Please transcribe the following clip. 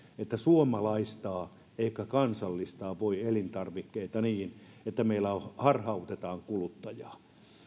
että ei voi suomalaistaa tai kansallistaa elintarvikkeita niin että harhautetaan kuluttajaa